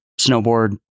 snowboard